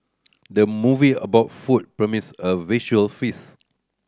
the movie about food promise a visual feast